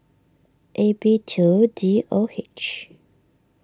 A B two D O H